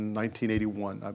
1981